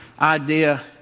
idea